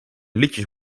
liedjes